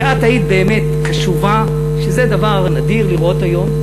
ואת היית באמת קשובה, וזה דבר שנדיר לראות היום.